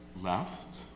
left